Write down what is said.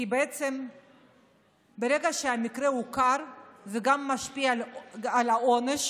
כי ברגע שהמקרה מוכר, זה גם משפיע על העונש